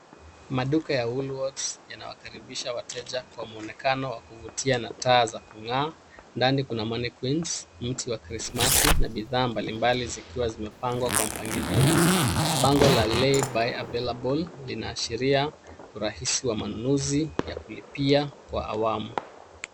Maduka ya Woolworths yanawakaribisha wateja kwa muonekano wa kuvutia na taa za kung'aa. Ndani kuna mannequins , mti wa Krismasi na bidhaa mbalimbali zikiwa zimepangwa kwa mpangilio. Bango la " Lay-by Available " linaashiria urahisi wa manunuzi ya kulipia kwa awamu.